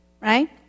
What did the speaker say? right